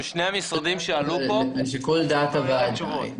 גם שני המשרדים שעלו כאן בדיון, היו להם תשובות.